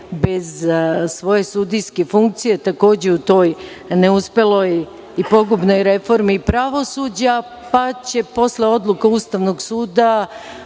bez svoje sudijske funkcije takođe u toj neuspeloj i pogubnoj reformi pravosuđa, pa će posle odluka Ustavnog suda,